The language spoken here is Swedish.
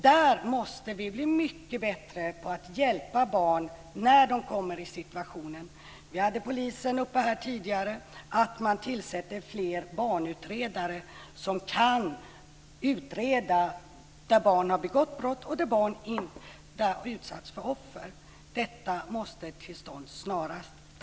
Vi måste bli mycket bättre på att hjälpa barn när de kommer i denna situation. Det har tidigare nämnts av en polis att man bör tillsätta fler barnutredare för fall där barn har begått brott. Detta måste komma till stånd snarast.